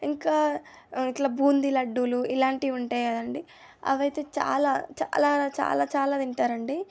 ఇంకా ఇట్లా బూందీ లడ్డూలు ఇలాంటివి ఉంటాయి కదండి అవైతే చాలా చాలా చాలా చాలా తింటారండి